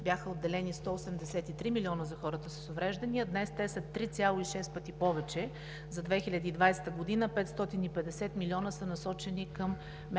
бяха отделени 183 милиона за хората с увреждания, днес те са 3,6 пъти повече – за 2020 г. 550 милиона са насочени към мерки